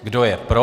Kdo je pro?